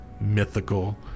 mythical